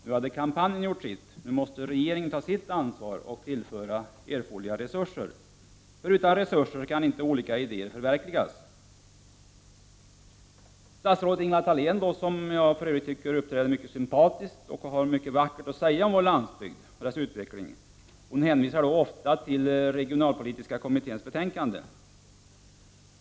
Nu hade kampanjen gjort sitt, nu måste regeringen ta sitt ansvar och tillföra erforderliga resurser, för utan resurser kan ju inte idéer förverkligas. Statsrådet Ingela Thalén, som jag för övrigt tycker uppträder mycket sympatiskt och har mycket vackert att säga om vår landsbygd och dess utveckling, hänvisar ofta till regionalpolitiska kommitténs betänkande.